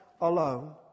alone